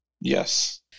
Yes